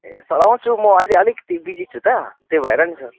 ए sir आउँछु म अहिले अलिकति बिजी छु त त्यही भएर नि सर